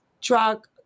drug